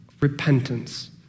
repentance